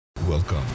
Welcome